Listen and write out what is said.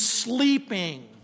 Sleeping